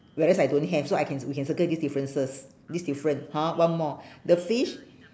whereas I don't have so I can ci~ we can circle these differences this different hor one more the fish